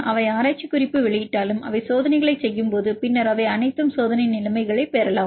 அவை ஆராய்ச்சி குறிப்பு வெளியிட்டாலும் அவை சோதனைகளைச் செய்யும்போது பின்னர் அவை அனைத்தும் சோதனை நிலைமைகளைப் பெறலாம்